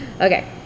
Okay